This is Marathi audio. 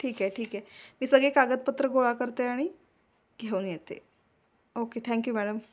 ठीक आहे ठीक आहे मी सगळे कागदपत्र गोळा करते आणि घेऊन येते ओके थँक्यू मॅडम